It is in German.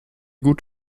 gut